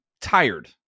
tired